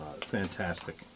Fantastic